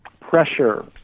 pressure